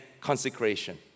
consecration